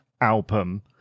album